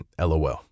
LOL